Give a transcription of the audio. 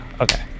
okay